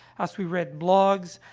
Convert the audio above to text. as we read blogs,